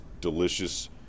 delicious